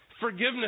Forgiveness